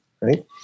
right